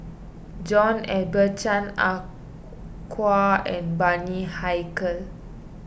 John Eber Chan Ah Kow and Bani Haykal